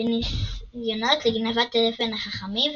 בניסיונות לגניבת אבן החכמים,